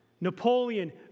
Napoleon